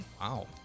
Wow